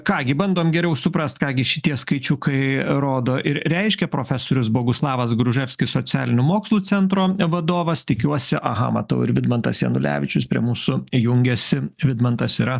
ką gi bandom geriau suprast ką gi šitie skaičiukai rodo ir reiškia profesorius boguslavas gruževskis socialinių mokslų centro vadovas tikiuosi aha matau ir vidmantas janulevičius prie mūsų jungiasi vidmantas yra